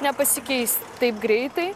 nepasikeis taip greitai